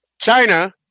China